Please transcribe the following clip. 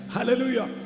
Hallelujah